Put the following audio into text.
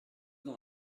dans